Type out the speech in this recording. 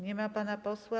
Nie ma pana posła.